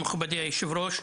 מכובדי היושב-ראש,